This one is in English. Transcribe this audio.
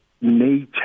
nature